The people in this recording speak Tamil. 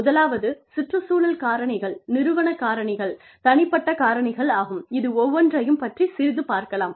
முதலாவது சுற்றுச்சூழல் காரணிகள் நிறுவன காரணிகள் தனிப்பட்ட காரணிகள் ஆகும் இது ஒவ்வொன்ரையும் பற்றி சிறிது பார்க்கலாம்